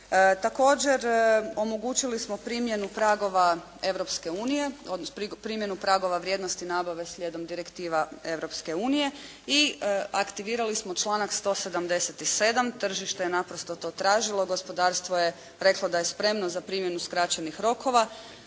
unije, odnosno primjenu pragova vrijednosti nabave slijedom direktiva Europske unije i aktivirali smo članak 177. tržište je naprosto to tražilo, gospodarstvo je reklo da je spremno za primjenu skraćenih rokova.